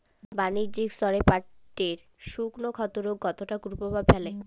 বাণিজ্যিক স্তরে পাটের শুকনো ক্ষতরোগ কতটা কুপ্রভাব ফেলে?